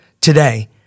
Today